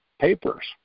papers